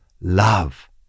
love